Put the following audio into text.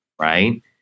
right